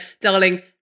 Darling